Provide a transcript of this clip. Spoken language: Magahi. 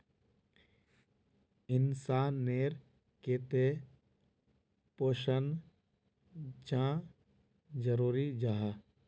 इंसान नेर केते पोषण चाँ जरूरी जाहा?